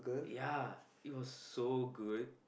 ya it was so good